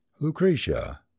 Lucretia